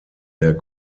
der